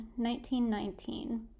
1919